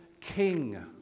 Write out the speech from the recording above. king